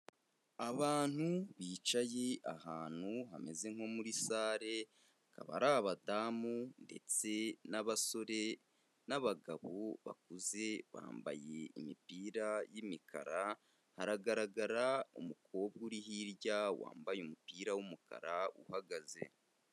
Abantu bicaye ahantu hameze nko muri sale, akaba ari abadamu ndetse n'abasore n'abagabo bakuze, bambaye imipira y'imikara, haragaragara umukobwa uri hirya wambaye umupira w'umukara uhagaze.